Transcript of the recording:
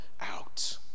out